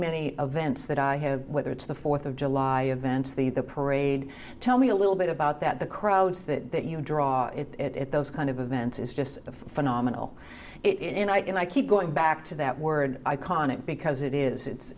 many events that i have whether it's the fourth of july advance the the parade tell me a little bit about that the crowds that that you know draw it at those kind of events is just a phenomenal it and i keep going back to that word iconic because it is it's